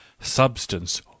substance